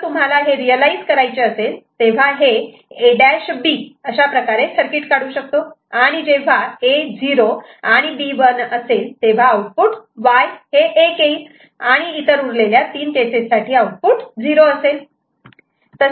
जर तुम्हाला हे रियलायझ करायचे असेल तेव्हा हे A' B अशाप्रकारे सर्किट काढू शकतो आणि जेव्हा A 0 व B 1 असेल तेव्हाच आउटपुट Y 1 येईल आणि इतर उरलेल्या तीन केसेस साठी आउटपुट 0 असे असेल